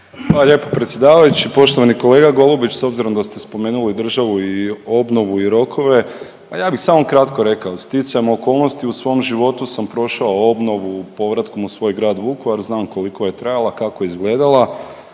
lijepo predsjedavajući. Poštovani kolega Golubić s obzirom da ste spomenuli državu i obnovu i rokove pa ja bih samo kratko rekao sticajem okolnosti u svom životu sam prošao obnovu povratkom u svoj grad Vukovar, znam koliko je trajala, kako je izgledala.